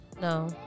no